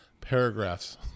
paragraphs